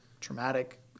traumatic